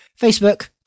Facebook